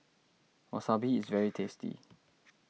Wasabi is very tasty